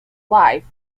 wife